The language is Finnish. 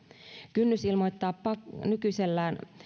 kynnys ilmoittaa nykyisellään